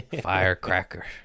firecracker